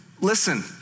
listen